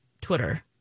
Twitter